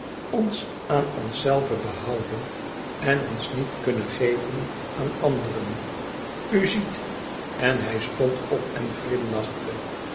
ons aan onszelven behouden en ons niet kunnen geven aan anderen u ziet en hij stond op en glimlachte